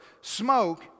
smoke